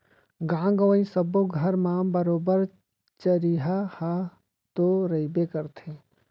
गॉंव गँवई सब्बो घर म बरोबर चरिहा ह तो रइबे करथे